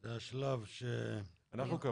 זה השלב טרום...